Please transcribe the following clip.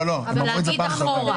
לא, הם אמרו את זה פעם שעברה.